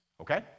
Okay